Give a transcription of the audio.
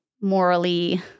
morally